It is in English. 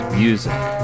music